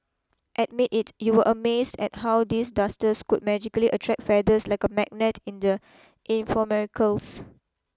admit it you were amazed at how these dusters could magically attract feathers like a magnet in the infomercials